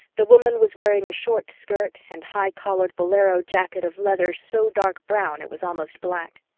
the woman was wearing a short skirt and high-collared bolero jacket of leather so dark brown it was almost black.